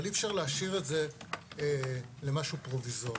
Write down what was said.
אבל אי-אפשר להשאיר את זה למשהו פרוביזורי.